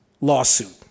lawsuit